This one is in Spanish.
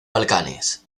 balcanes